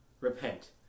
repent